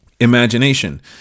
imagination